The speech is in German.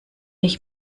ich